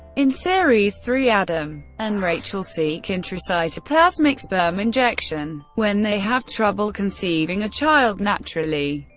in series three, adam and rachel seek intracytoplasmic sperm injection when they have trouble conceiving a child naturally.